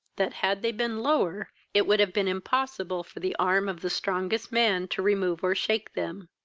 that, had they been lower, it would have been impossible for the arm of the strongest man to remove or shake them.